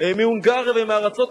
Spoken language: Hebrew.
אדוני היושב-ראש,